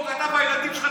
אתה והילדים שלך,